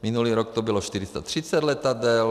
Minulý rok to bylo 430 letadel.